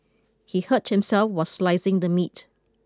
he hurt himself while slicing the meat